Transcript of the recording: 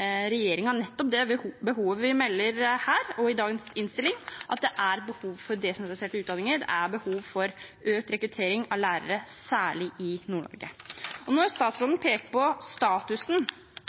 regjeringen nettopp det vi melder her og i dagens innstilling, at det er behov for desentraliserte utdanninger, at det er behov for økt rekruttering av lærere, særlig i Nord-Norge. Når statsråden peker på status knyttet til læreryrket, mener jeg at dagens regjering er